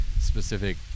specific